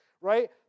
right